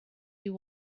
you